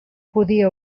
podia